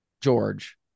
George